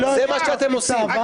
זה מה שאתם עושים.